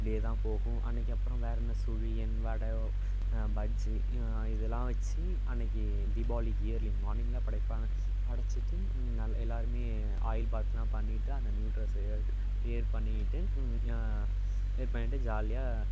இப்படியே தான் போகும் அன்னைக்கி அப்புறம் வேறு என்ன சுழியம் வடை பஜ்ஜி இதெல்லாம் வெச்சி அன்னைக்கு தீபாவளிக்கு இயர்லி மார்னிங்கில் படைப்பாங்க படைச்சுட்டு நல்லா எல்லோருமே ஆயில் பாத்துலாம் பண்ணிவிட்டு அந்த நியூ ட்ரஸ் ஏர் வியர் பண்ணிக்கிட்டு வியர் பண்ணிட்டு ஜாலியாக